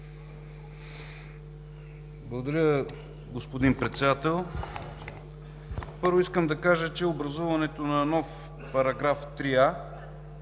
Благодаря, господин Председател. Първо, искам да кажа, че образуването на нов § 3а